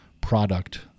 product